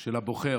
של הבוחר,